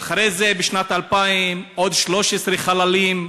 אחרי זה, בשנת 2000, עוד 13 חללים,